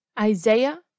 Isaiah